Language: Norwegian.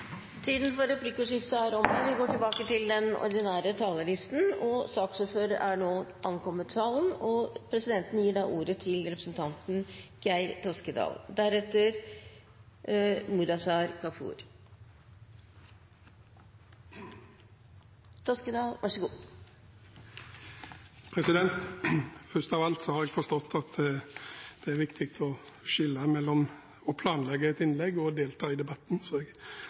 er omme. Vi går tilbake til den ordinære talerlisten. Saksordføreren har nå ankommet salen. Presidenten gir da ordet til saksordføreren, representanten Geir S. Toskedal. Først av alt har jeg forstått at det er viktig å skille mellom å planlegge et innlegg og delta i debatten,